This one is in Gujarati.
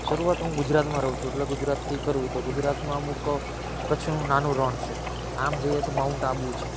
શરૂઆત હું ગુજરાતમાં રહું છું એટલે ગુજરાતથી કરું તો ગુજરાતમાં અમુક કચ્છનું નાનું રણ છે આમ જઈએ તો માઉન્ટ આબુ છે